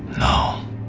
no.